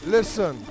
Listen